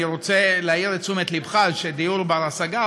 אני רוצה להעיר את תשומת לבך שדיור בר-השגה